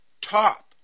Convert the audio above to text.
top